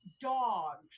dogs